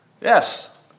Yes